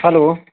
hello